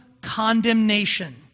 condemnation